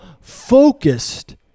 focused